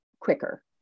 quicker